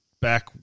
back